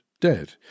dead